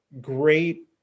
great